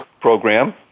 program